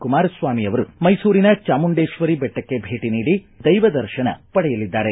ಕುಮಾರಸ್ವಾಮಿ ಅವರು ಮೈಸೂರಿನ ಚಾಮುಂಡೇಕ್ವರಿ ಬೆಟ್ಟಕ್ಕೆ ಭೇಟ ನೀಡಿ ದೈವ ದರ್ಶನ ಪಡೆಯಲಿದ್ದಾರೆ